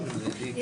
אני